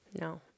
no